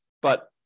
but-